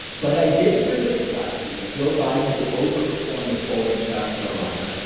but i did predict last week, joe biden would overperform the poles in south carolina,